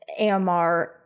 AMR